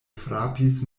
frapis